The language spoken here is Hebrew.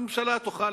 הממשלה תוכל,